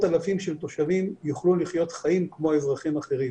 אלפים של תושבים יוכלו לחיות חיים כמו אזרחים אחרים.